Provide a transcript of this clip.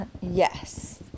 Yes